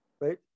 right